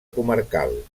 comarcal